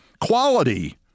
Quality